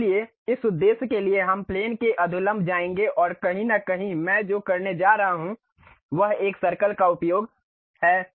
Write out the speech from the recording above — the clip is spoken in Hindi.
इसलिए इस उद्देश्य के लिए हम प्लेन के अधोलंब जाएंगे और कहीं न कहीं मैं जो करने जा रहा हूं वह एक सर्कल का उपयोग है